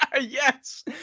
Yes